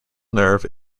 nerve